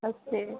ଆଉ ସେ